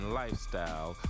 lifestyle